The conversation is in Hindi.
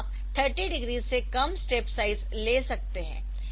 तो आप 30 डिग्री से कम स्टेप साइज ले सकते है